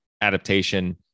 adaptation